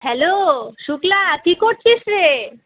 hello Shukla কী করছিস রে